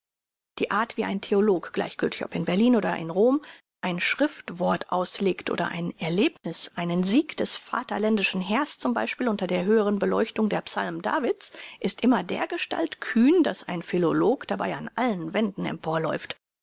die art wie ein theolog gleichgültig ob in berlin oder in rom ein schriftwort auslegt oder ein erlebniß einen sieg des vaterländischen heers zum beispiel unter der höheren beleuchtung der psalmen david's ist immer dergestalt kühn daß ein philolog dabei an allen wänden